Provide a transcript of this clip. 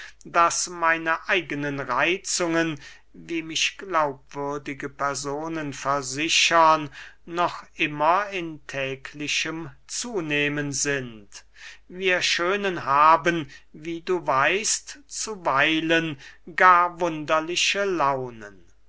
daß meine eigenen reitzungen wie mich glaubwürdige personen versichern noch immer in täglichem zunehmen sind wir schönen haben wie du weißt zuweilen gar wunderliche launen